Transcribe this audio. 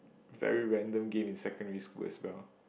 very random game in secondary school as well